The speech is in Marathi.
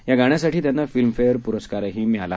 या गाण्यासाठी त्यांना फिल्मफेअर प्रस्कारही मिळाला